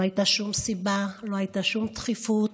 לא הייתה שום סיבה, לא הייתה שום דחיפות,